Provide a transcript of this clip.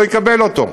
לא יקבל אותו.